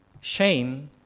shame